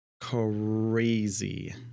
Crazy